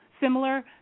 similar